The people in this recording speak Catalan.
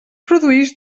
produïx